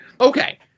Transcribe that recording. Okay